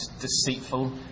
deceitful